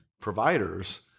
providers